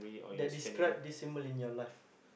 that describe this symbol in your life